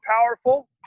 powerful